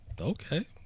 Okay